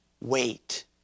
wait